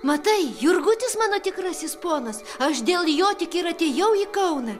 matai jurgutis mano tikrasis ponas aš dėl jo tik ir atėjau į kauną